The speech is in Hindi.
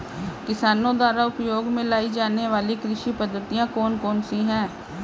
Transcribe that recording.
किसानों द्वारा उपयोग में लाई जाने वाली कृषि पद्धतियाँ कौन कौन सी हैं?